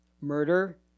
murder